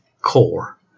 core